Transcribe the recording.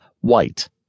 white